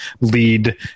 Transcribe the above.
lead